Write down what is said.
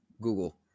Google